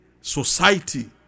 society